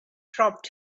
dropped